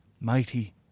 mighty